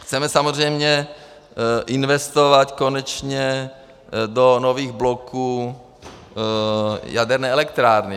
Chceme samozřejmě investovat konečně do nových bloků jaderné elektrárny.